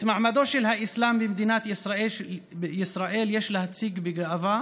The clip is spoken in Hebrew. את מעמדו של האסלאם במדינת ישראל יש להציג בגאווה,